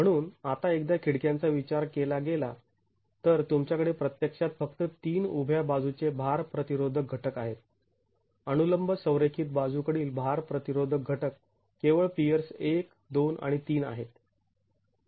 म्हणून आता एकदा खिडक्यांचा विचार केला गेला तर तुमच्याकडे प्रत्यक्षात फक्त ३ उभ्या बाजूचे भार प्रतिरोधक घटक आहेत अनुलंब संरेखित बाजू कडील भार प्रतिरोधक घटक केवळ पियर्स १ २ आणि ३ आहेत